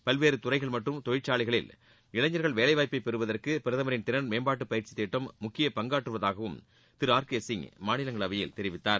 பல்வேறு துறைகள் மற்றும் தொழிற்சாலைகளில் இளைஞர்கள் வேலை வாய்ப்பை பெறுவதற்கு பிரதமரின் திறன் மேம்பாட்டு பயிற்சி திட்டம் முக்கிய பங்காற்றுவதாகவும் திரு ஆர் கே சிங் மாநிலங்களவையில் தெரிவித்தார்